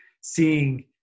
seeing